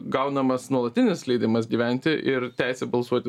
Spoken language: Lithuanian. gaunamas nuolatinis leidimas gyventi ir teisė balsuoti